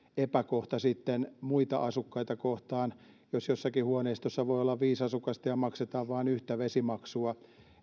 epäkohta muita asukkaita kohtaan jos jossakin huoneistossa voi olla viisi asukasta ja maksetaan vain yhtä vesimaksua